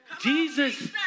Jesus